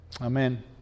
Amen